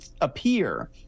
appear